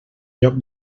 lloc